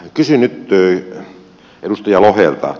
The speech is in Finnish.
kysyn nyt edustaja lohelta